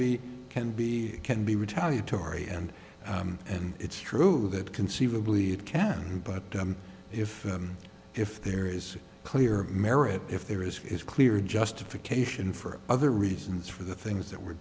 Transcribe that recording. be can be can be retaliatory and and it's true that conceivably it can but if if there is clear merit if there is clear justification for other reasons for the things that were